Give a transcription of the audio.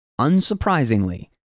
Unsurprisingly